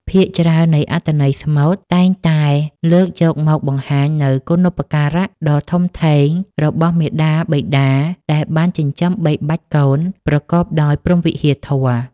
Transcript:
ភាគច្រើននៃអត្ថបទស្មូតតែងតែលើកយកមកបង្ហាញនូវគុណូបការៈដ៏ធំធេងរបស់មាតាបិតាដែលបានចិញ្ចឹមបីបាច់កូនប្រកបដោយព្រហ្មវិហារធម៌